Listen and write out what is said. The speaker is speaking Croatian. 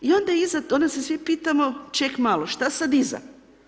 I onda iza, onda se svi pitamo ček malo šta sad iza?